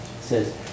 says